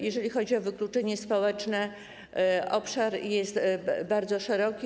Jeżeli chodzi o wykluczenie społeczne, to ten obszar jest bardzo szeroki.